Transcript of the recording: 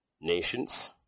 nations